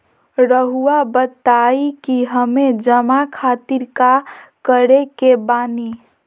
रहुआ बताइं कि हमें जमा खातिर का करे के बानी?